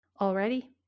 Already